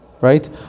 right